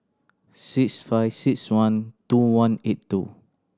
six five six one two one eight two